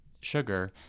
sugar